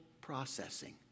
processing